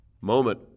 moment